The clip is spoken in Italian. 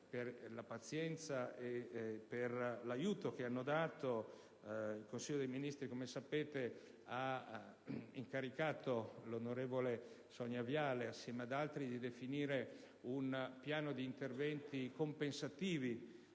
per la pazienza e l'aiuto che hanno dato. Il Consiglio dei ministri, come sapete, ha incaricato l'onorevole Sonia Viale, insieme ad altri, di definire un piano di interventi compensativi